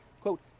quote